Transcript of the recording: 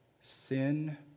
sin